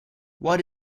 what